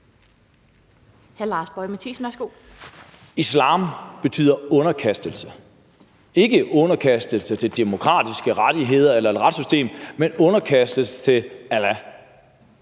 Islam betyder underkastelse. Ikke underkastelse til demokratiske rettigheder eller et retssystem, men underkastelse til Allah.